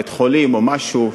בית-חולים או משהו,